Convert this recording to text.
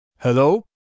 Hello